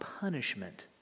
punishment